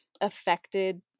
affected